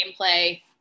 gameplay